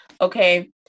Okay